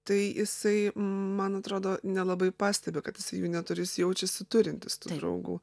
tai jisai man atrodo nelabai pastebi kad jisai jų neturi jis jaučiasi turintis tų draugų